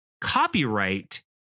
copyright